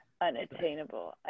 Unattainable